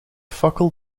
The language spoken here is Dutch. fakkel